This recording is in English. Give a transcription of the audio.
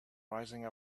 rising